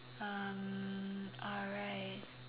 um alright